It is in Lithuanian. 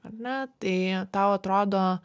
ar ne tai tau atrodo